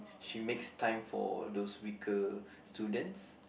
she makes time for those weaker students